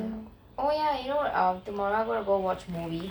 then oh ya you know tomorrow I'm going to go watch movie